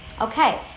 Okay